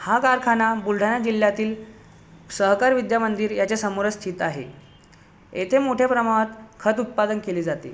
हा कारखाना बुलढाणा जिल्ह्यातील सहकार विद्यामंदिर याच्यासमोरच स्थित आहे येथे मोठ्या प्रमाणात खत उत्पादन केले जाते